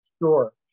Sure